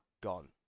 gone